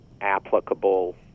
applicable